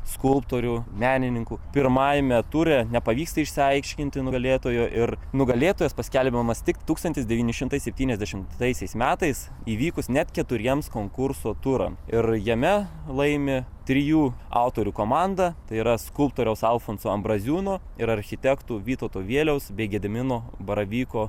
skulptorių menininkų pirmajame ture nepavyksta išsiaiškinti nugalėtojo ir nugalėtojas paskelbiamas tik tūkstantis devyni šimtai septyniasdešimtasiais metais įvykus net keturiems konkurso turam ir jame laimi trijų autorių komanda tai yra skulptoriaus alfonso ambraziūno ir architektų vytauto vieliaus bei gedimino baravyko